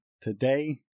Today